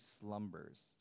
slumbers